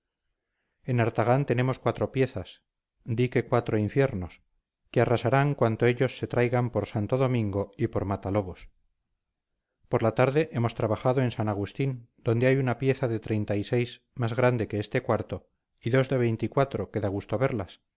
en artagán tenemos cuatro piezas di que cuatro infiernos que arrasarán cuanto ellos se traigan por santo domingo y por matalobos por la tarde hemos trabajado en san agustín donde hay una pieza de más grande que este cuarto y dos de que da gusto verlas